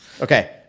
Okay